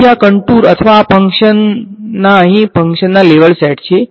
તેથી આ કંટુર અથવા આ ફંક્શન ના અહીં ફંક્શન્સના લેવલ સેટ છે